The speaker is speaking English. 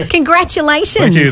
Congratulations